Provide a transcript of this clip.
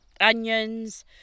onions